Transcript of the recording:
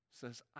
Says